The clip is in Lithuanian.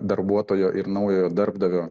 darbuotojo ir naujojo darbdavio